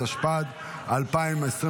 התשפ"ד 2024,